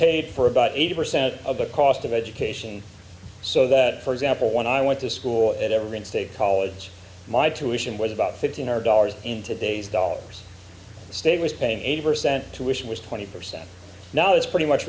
paid for about eighty percent of the cost of education so that for example when i went to school at evergreen state college my tuition was about fifteen or dollars in today's dollars the state was paying eight percent to which was twenty percent now is pretty much